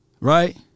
right